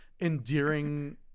endearing